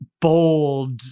bold